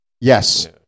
Yes